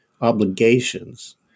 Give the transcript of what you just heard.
obligations